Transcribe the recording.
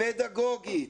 פדגוגית,